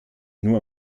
nur